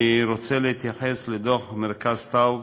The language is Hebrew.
אני רוצה להתייחס לדוח מרכז טאוב,